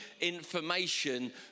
information